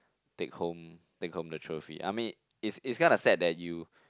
take home take home the trophy I mean it's it's kind of sad that you